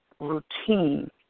routine